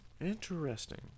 interesting